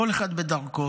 כל אחד בדרכו,